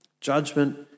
Judgment